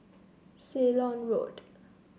Ceylon Road